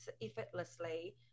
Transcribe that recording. effortlessly